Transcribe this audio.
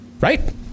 right